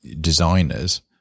designers